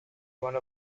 one